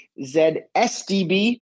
ZSDB